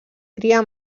cria